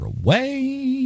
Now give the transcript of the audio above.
away